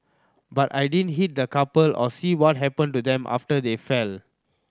but I didn't hit the couple or see what happened to them after they fell